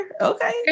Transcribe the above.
okay